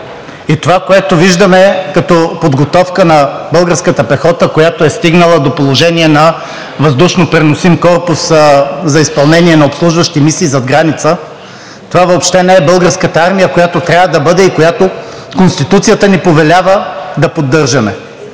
Това, което виждаме като подготовка на Българската пехота, която е стигнала до положение на въздушно преносим корпус за изпълнение на обслужващи мисии зад граница – това въобще не е Българската армия, която трябва да бъде и която Конституцията ни повелява да поддържаме.